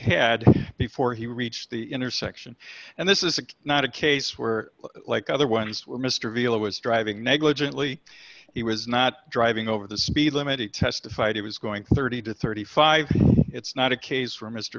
had before he reached the intersection and this is not a case where like other ones where mr beale was driving negligently he was not driving over the speed limit he testified he was going thirty to thirty five it's not a case where m